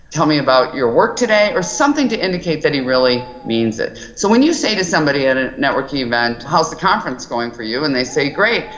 tell me about your work today, or something to indicate that he really means it so when you say to somebody at a networking event how's the conference going for you and they say great,